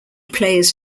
players